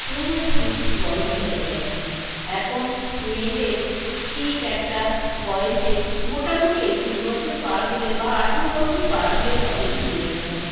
পুরোপুরি বন্ধ হয়ে গেছে এখন মেয়েদের ঠিক একটা বয়সে মোটামুটি একুশ বছর পার হলে বা আঠেরো বছর পার হলে তবেই বিয়ে হয়